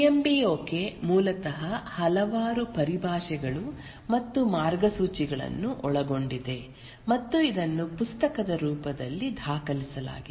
PM B OK ಮೂಲತಃ ಹಲವಾರು ಪರಿಭಾಷೆಗಳು ಮತ್ತು ಮಾರ್ಗಸೂಚಿಗಳನ್ನು ಒಳಗೊಂಡಿದೆ ಮತ್ತು ಇದನ್ನು ಪುಸ್ತಕದ ರೂಪದಲ್ಲಿ ದಾಖಲಿಸಲಾಗಿದೆ